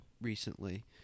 recently